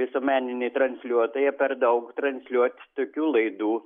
visuomeninį transliuotoją per daug transliuoti tokių laidų